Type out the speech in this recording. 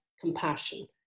compassion